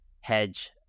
hedge